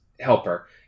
helper